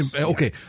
Okay